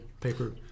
paper